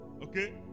Okay